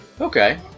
Okay